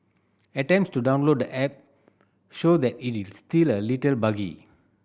attempts to download the app show that it is still a little buggy